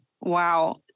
Wow